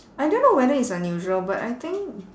I don't know whether it's unusual but I think